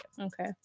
Okay